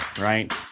right